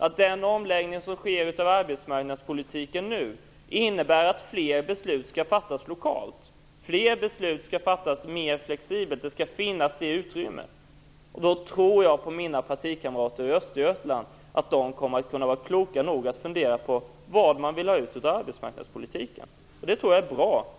att den omläggning som nu sker av arbetsmarknadspolitiken innebär att fler beslut skall fattas lokalt. Det skall bli utrymme för fler beslut att fattas mer flexibelt. Jag tror att mina partikamrater i Östergötland kommer att vara kloka nog att fundera ut vad de vill få ut av arbetsmarknadspolitiken. Jag tror att detta är bra.